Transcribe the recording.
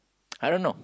I don't know